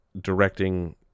directing